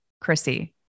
Chrissy